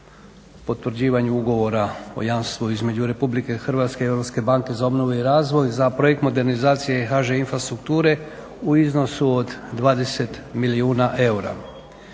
potvrđivanju ugovora o jamstvu između RH i Europske banke za obnovu i razvoj za projekt modernizacije HŽ infrastrukture u iznosu od 20 milijuna eura.